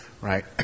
right